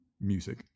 music